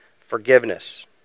forgiveness